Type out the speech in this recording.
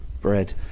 Bread